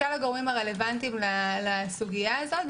כל הגורמים הרלוונטיים לסוגיה הזאת,